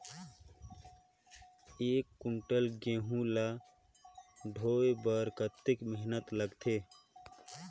एक कुंटल गहूं ला ढोए बर कतेक मेहनत लगथे?